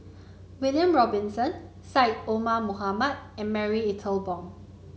William Robinson Syed Omar Mohamed and Marie Ethel Bong